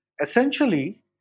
essentially